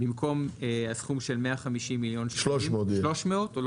במקום 150 מיליון שקלים יהיה 300 מיליון.